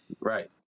Right